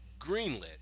greenlit